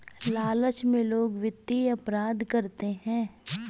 लालच में लोग वित्तीय अपराध करते हैं